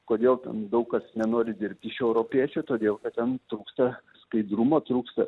kodėl daug kas nenori dirbti iš europiečių todėl kad ten trūksta skaidrumo trūksta